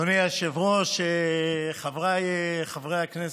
אדוני היושב-ראש, חבריי חברי הכנסת,